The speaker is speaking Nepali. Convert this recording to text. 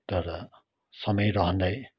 तर समय रहँदै